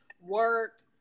work